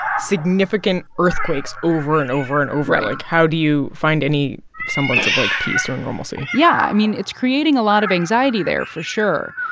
significant earthquakes over and over and over, like, how do you find any semblance of, like, peace or normalcy? yeah, i mean, it's creating a lot of anxiety there, for sure.